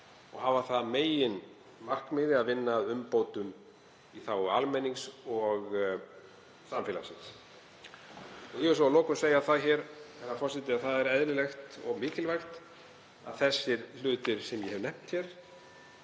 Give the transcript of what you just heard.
og hafa það að meginmarkmiði að vinna að umbótum í þágu almennings og samfélagsins. Ég vil svo að lokum segja það hér, herra forseti, að það er eðlilegt og mikilvægt að þeir hlutir sem ég hef nefnt hér